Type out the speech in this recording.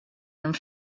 and